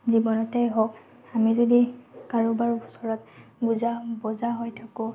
জীৱনতেই হওক আমি যদি কাৰোবাৰ ওচৰত বোজা বোজা হৈ থাকোঁ